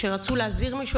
כשרצו להזהיר מישהו,